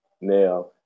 now